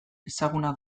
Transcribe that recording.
ezaguna